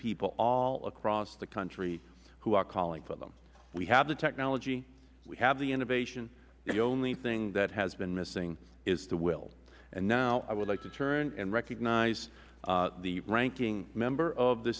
people all across the country who are calling for them we have the technology we have the innovation the only thing that has been missing is the will and now i would like to turn and recognize the ranking member of the